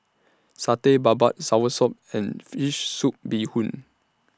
Satay Babat Soursop and Fish Soup Bee Hoon